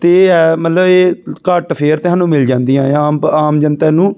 ਅਤੇ ਅ ਮਤਲਬ ਇਹ ਘੱਟ ਫੇਅਰ 'ਤੇ ਸਾਨੂੰ ਮਿਲ ਜਾਂਦੀਆਂ ਆ ਆਮ ਆਮ ਜਨਤਾ ਨੂੰ